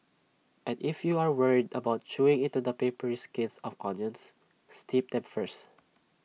and if you are worried about chewing into the papery skins of onions steep them first